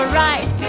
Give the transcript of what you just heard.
right